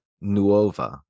Nuova